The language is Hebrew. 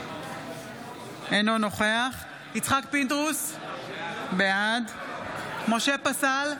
אינו נוכח יצחק פינדרוס, בעד משה פסל,